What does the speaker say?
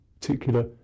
particular